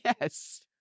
Yes